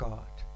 God